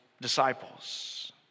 disciples